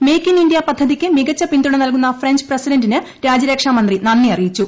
make in India പദ്ധതിക്ക് മികച്ച പിന്തുണ നൽകുന്ന ഫ്രഞ്ച് പ്രസിഡന്റിന് രാജ്യരക്ഷാ മന്ത്രി നന്ദി അറിയിച്ചു